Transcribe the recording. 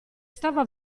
stava